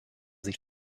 sich